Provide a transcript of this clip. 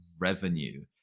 revenue